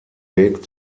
weg